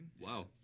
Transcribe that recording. Wow